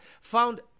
found